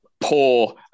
poor